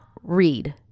read